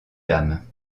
dames